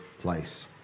place